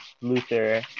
Luther